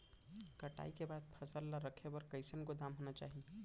कटाई के बाद फसल ला रखे बर कईसन गोदाम होना चाही?